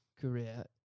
career